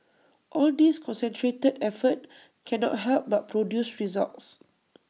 all this concentrated effort cannot help but produce results